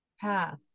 path